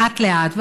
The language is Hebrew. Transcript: לאט-לאט,